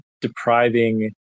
depriving